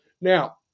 now